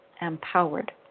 empowered